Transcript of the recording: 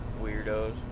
weirdos